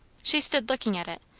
she stood looking at it,